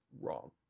wrong